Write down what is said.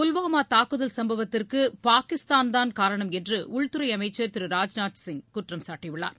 புல்வாமா தாக்குதல் சும்பவத்திற்கு பாகிஸ்தான் தான் காரணம் என்று உள்துறை அமைச்சர் திரு ராஜ்நாத் சிங் குற்றம் சாட்டியுள்ளார்